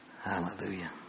Hallelujah